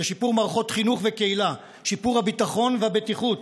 בשיפור מערכות חינוך וקהילה ובשיפור הביטחון והבטיחות.